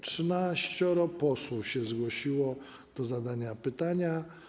13 posłów się zgłosiło do zadania pytania.